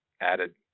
added